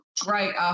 Great